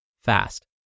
fast